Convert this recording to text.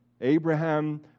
Abraham